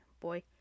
boy